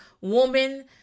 woman